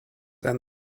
and